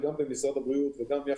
וגם פה,